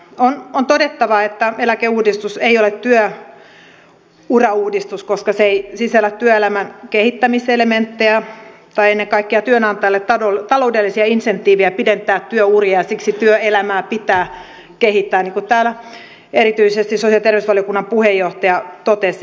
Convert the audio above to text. on todettava että eläkeuudistus ei ole työurauudistus koska se ei sisällä työelämän kehittämiselementtejä tai ennen kaikkea työnantajalle taloudellisia insentiivejä pidentää työuria ja siksi työelämää pitää kehittää niin kuin täällä erityisesti sosiaali ja terveysvaliokunnan puheenjohtaja totesi